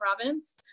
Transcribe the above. province